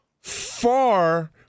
far